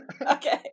Okay